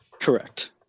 Correct